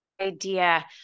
idea